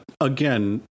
again